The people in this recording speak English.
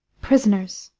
prisoners.